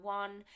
one